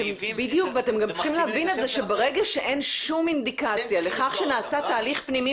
וברגע שאין שום אינדיקציה לכך שנעשה תהליך פנימי